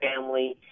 family